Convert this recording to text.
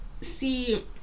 See